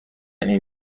این